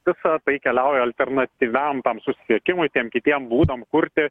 visa tai keliauja alternatyviam tam susisiekimui tiem kitiem būdam kurti